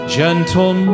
gentle